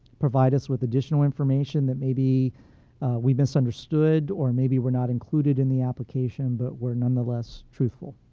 provide us with additional information that maybe we misunderstood, or maybe were not included in the application but were nonetheless truthful.